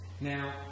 Now